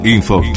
Info